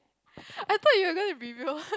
I thought you're gonna be real